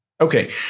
Okay